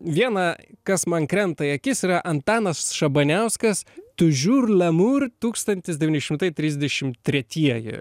viena kas man krenta į akis yra antanas šabaniauskas toujours lamour tūkstantis devyni šimtai trisdešim tretieji